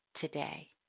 today